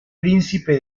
príncipe